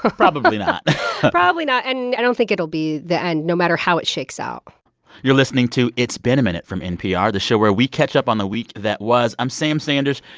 ah probably not probably not. and i don't think it'll be the end no matter how it shakes out you're listening to it's been a minute from npr, the show where we catch up on the week that was. i'm sam sanders,